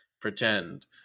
Pretend